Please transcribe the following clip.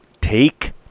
take